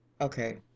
Okay